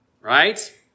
right